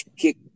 kick